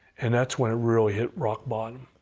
and thats when it really hit rock bottom.